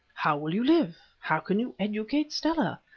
how will you live? how can you educate stella?